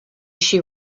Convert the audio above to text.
she